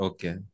Okay